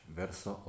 verso